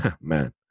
man